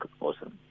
awesome